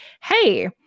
hey